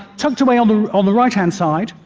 tucked away on the on the right-hand side,